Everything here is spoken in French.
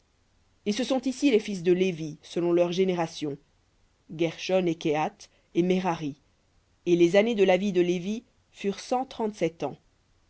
et ce sont ici les noms des fils de lévi selon leurs générations guershon et kehath et merari et les années de la vie de lévi furent cent trente-sept ans